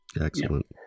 Excellent